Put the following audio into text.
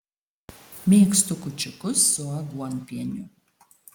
mėgstu kūčiukus su aguonpieniu